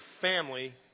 family